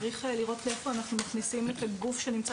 צריך לראות איפה אנחנו מכניסים את הגוף שנמצא